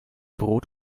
brot